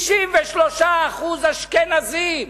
93% אשכנזים.